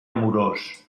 amorós